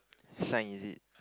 sign is it